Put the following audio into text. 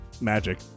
Magic